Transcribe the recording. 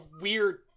weird